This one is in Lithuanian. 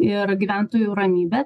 ir gyventojų ramybę